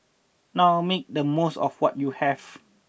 now make the most of what you have